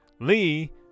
Lee